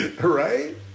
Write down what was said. right